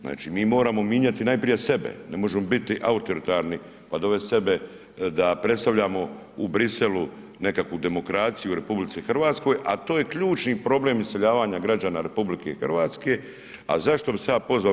Znači mi moramo mijenjati najprije sebe, ne može biti autoritarni pa dovest sebe da predstavljamo u Bruxellesu nekakvu demokraciju u RH, a to je ključni problem iseljavanja građana RH, a zašto bi se ja pozvao?